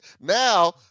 now